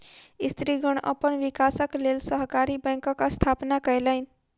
स्त्रीगण अपन विकासक लेल सहकारी बैंकक स्थापना केलैन